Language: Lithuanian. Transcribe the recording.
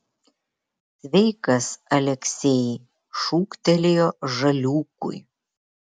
sveikas aleksej šūktelėjo žaliūkui